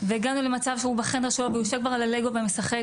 והגענו למצב שהוא בחדר שלו והוא יושב כבר על הלגו ומשחק,